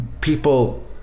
people